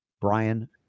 Brian